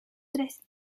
tres